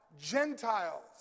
Gentiles